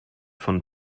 von